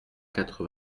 quatre